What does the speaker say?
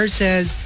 says